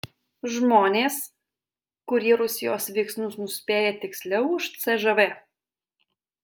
žmonės kurie rusijos veiksmus nuspėja tiksliau už cžv